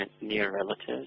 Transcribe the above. near-relatives